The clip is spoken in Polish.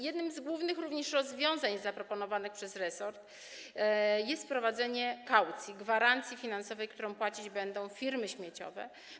Jednym z głównych rozwiązań zaproponowanych przez resort jest wprowadzenie kaucji, gwarancji finansowej, którą płacić będą firmy śmieciowe.